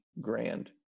grand